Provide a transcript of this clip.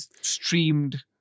streamed